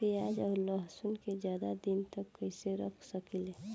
प्याज और लहसुन के ज्यादा दिन तक कइसे रख सकिले?